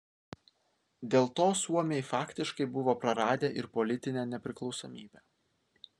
dėl to suomiai faktiškai buvo praradę ir politinę nepriklausomybę